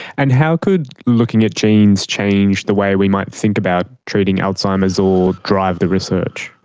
and how could looking at genes change the way we might think about treating alzheimer's or drive the research?